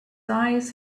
eyes